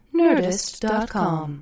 nerdist.com